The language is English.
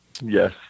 Yes